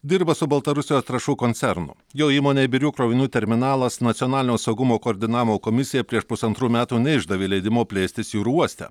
dirba su baltarusijos trąšų koncernu jo įmonei birių krovinių terminalas nacionalinio saugumo koordinavimo komisija prieš pusantrų metų neišdavė leidimo plėstis jūrų uoste